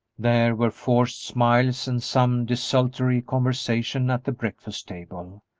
there were forced smiles and some desultory conversation at the breakfast-table,